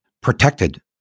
protected